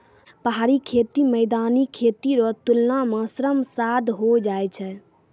पहाड़ी खेती मैदानी खेती रो तुलना मे श्रम साध होय जाय छै